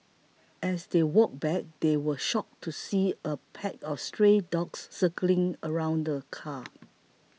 as they walked back they were shocked to see a pack of stray dogs circling around the car